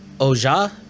Oja